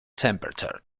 temperature